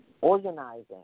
organizing